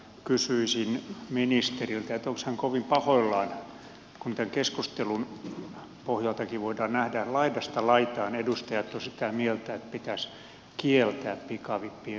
kysyisin ministeriltä onko hän kovin pahoillaan kun tämän keskustelun pohjaltakin voidaan nähdä että laidasta laitaan edustajat ovat sitä mieltä että pitäisi kieltää pikavippien myöntäminen